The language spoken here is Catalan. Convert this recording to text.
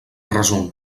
resum